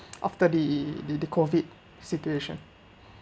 after the the the COVID situation